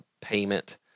payment